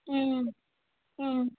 ம் ம்